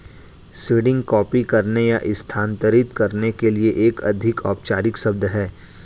seeding copy करने या स्थानांतरित करने के लिए एक अधिक औपचारिक शब्द है